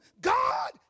God